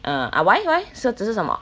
uh ah why why 只是什么